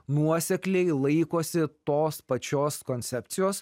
nuosekliai laikosi tos pačios koncepcijos